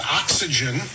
oxygen